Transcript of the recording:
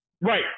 Right